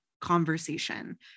conversation